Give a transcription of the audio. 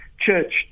church